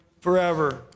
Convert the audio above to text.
forever